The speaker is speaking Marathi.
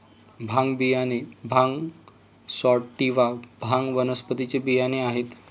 भांग बियाणे भांग सॅटिवा, भांग वनस्पतीचे बियाणे आहेत